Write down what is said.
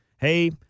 Hey